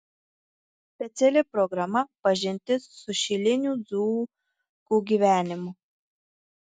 speciali programa pažintis su šilinių dzūkų gyvenimu